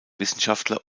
wissenschaftler